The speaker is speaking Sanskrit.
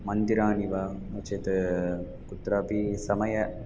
मन्दिराणि वा नो चेत् कुत्रापि समयम्